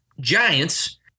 giants